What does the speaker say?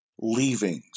leavings